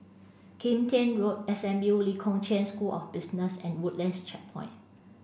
Kim Tian Road S M U Lee Kong Chian School of Business and Woodlands Checkpoint